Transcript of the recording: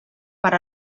per